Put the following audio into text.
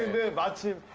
goodbye to